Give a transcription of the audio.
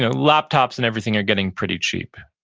ah laptops and everything are getting pretty cheap.